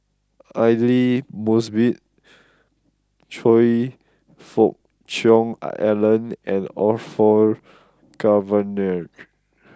Aidli Mosbit Choe Fook Cheong Alan and Orfeur Cavenagh